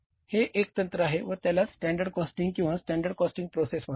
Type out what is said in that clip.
हे एक तंत्र आहे व त्यालाच स्टँडर्ड कॉस्टिंग किंवा स्टँडर्ड कॉस्टिंग प्रोसेस म्हणतात